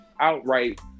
outright